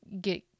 get